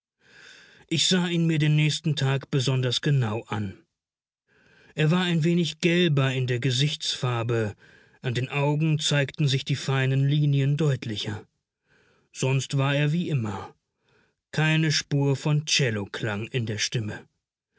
ich sah ihn mir den nächsten tag besonders genau an es war ein wenig gelber in der gesichtsfarbe an den augen zeigten sich die feinen linien deutlicher sonst war er wie immer keine spur von celloklang in seiner stimme